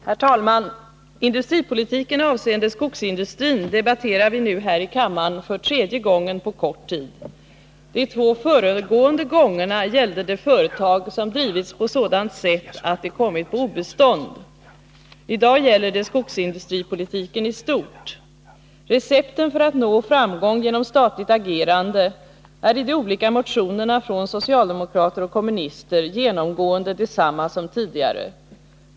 Herr talman! Industripolitiken avseende skogsindustrin debatterar vi nu här i kammaren för tredje gången på kort tid. De två föregående gångerna gällde det företag som drivits på sådant sätt att de kommit på obestånd. I dag gäller det skogsindustripolitiken i stort. Recepten för att nå framgång genom statligt agerande är i de olika motionerna från socialdemokrater och kommunister genomgående desamma som tidigare.